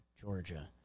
Georgia